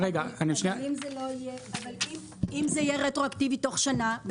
ואם זה יהיה רטרואקטיבי תוך שנה?